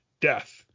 death